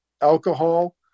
alcohol